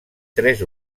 tres